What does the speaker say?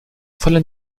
fallen